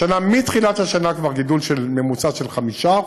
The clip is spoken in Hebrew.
השנה, מתחילת השנה כבר יש גידול ממוצע של 5%,